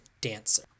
dancer